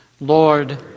Lord